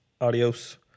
Adios